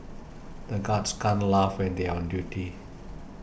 the guards can't laugh when they are on duty